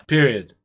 Period